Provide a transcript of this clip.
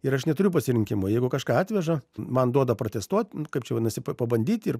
ir aš neturiu pasirinkimo jeigu kažką atveža man duoda pratestuot kaip čia vadinasi pabandyti ir